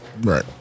Right